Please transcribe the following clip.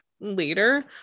later